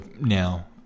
now